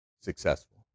successful